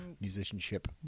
musicianship